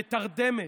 בתרדמת,